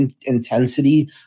intensity